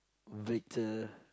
Victor